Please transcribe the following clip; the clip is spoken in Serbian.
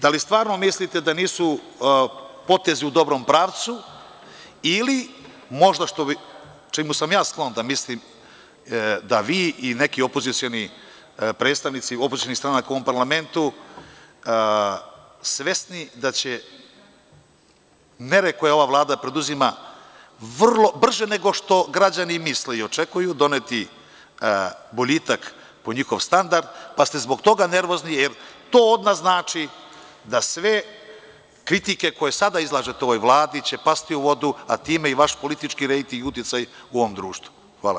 Da li stvarno mislite da nisu potezi u dobrom pravcu ili ste možda, čemu sam ja sklon da mislim, vi i neki predstavnici opozicionih stranaka u ovom parlamentu svesni da će mere koje ova Vlada preduzima brže nego što građani misle i očekuju doneti boljitak po njihov standard, pa ste nervozni, jer to odmah znači da će sve kritike koje sada izlažete o ovoj Vladi pasti u vodu, a time i vaš politički rejting i uticaj u ovom društvu?